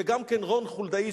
וגם לרון חולדאי,